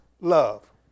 love